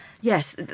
Yes